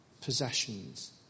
possessions